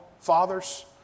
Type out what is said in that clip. fathers